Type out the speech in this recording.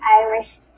Irish